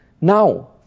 Now